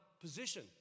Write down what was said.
position